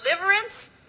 deliverance